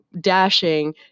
dashing